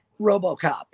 RoboCop